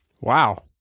Wow